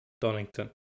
Donington